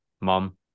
mom